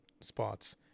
spots